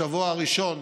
בשבוע הראשון,